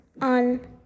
on